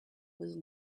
was